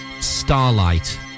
starlight